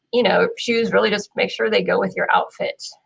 you know, shoes really just make sure they go with your outfit.